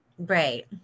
Right